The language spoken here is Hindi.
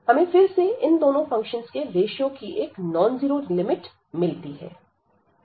हमें फिर से इन दोनों फंक्शंस के रेश्यो की एक नॉन्जीरो लिमिट मिलती है